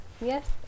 Yes